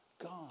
God